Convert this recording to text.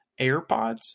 AirPods